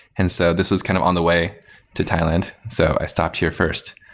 and so this was kind of on the way to thailand. so, i stopped here first.